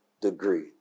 Degree